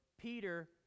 Peter